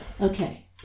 okay